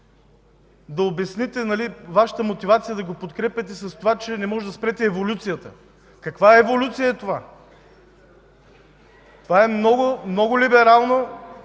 да обясните Вашата мотивация, че го подкрепяте, защото не можете да спрете еволюцията. Каква еволюция е това? Това е много либерално,